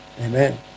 Amen